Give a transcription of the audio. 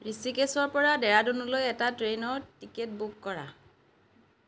ঋষিকেশৰপৰা ডেৰাডুনলৈ এটা ট্ৰেইনৰ টিকেট বুক কৰা